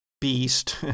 beast